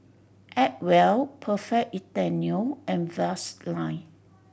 Acwell Perfect Italiano and Vaseline